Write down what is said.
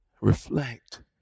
reflect